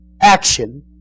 Action